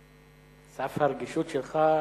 סף הרגישות שלך,